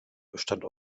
bestand